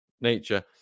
nature